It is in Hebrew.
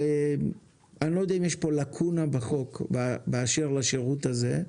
אני לא יודע אם יש פה לקונה בחוק באשר לשירות הזה,